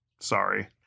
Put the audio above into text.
sorry